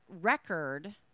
Record